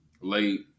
late